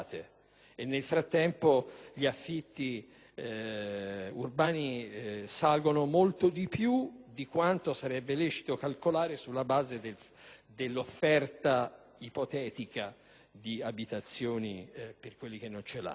nel frattempo gli affitti urbani salgono molto più di quanto sarebbe lecito calcolare sulla base dell'offerta ipotetica di abitazioni per quelli che non ce l'hanno.